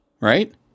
Right